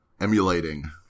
Emulating